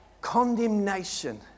Condemnation